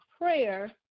prayer